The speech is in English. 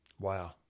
Wow